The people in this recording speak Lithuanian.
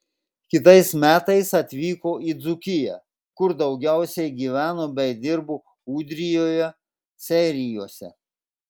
kitais metais atvyko į dzūkiją kur daugiausiai gyveno bei dirbo ūdrijoje seirijuose